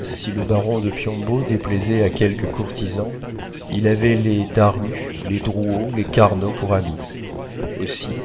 si le baron de piombo déplaisait à quelques courtisans il avait les daru les drouot les carnot pour amis aussi